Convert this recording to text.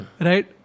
Right